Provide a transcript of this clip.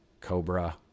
Cobra